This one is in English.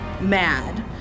mad